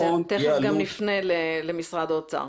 תכף נפנה למשרד האוצר.